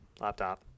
laptop